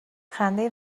خنده